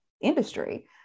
industry